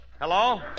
Hello